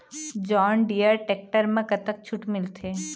John Deere tractor म कतक छूट मिलथे?